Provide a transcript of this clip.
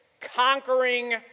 conquering